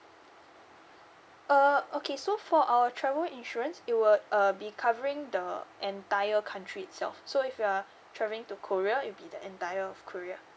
uh okay so for our travel insurance it will uh be covering the entire country itself so if you are travelling to korea it'll be the entire of korea